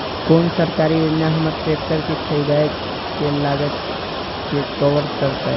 कोन सरकारी योजना हमर ट्रेकटर के खरीदय के लागत के कवर करतय?